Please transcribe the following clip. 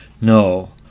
No